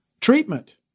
treatment